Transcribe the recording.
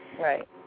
Right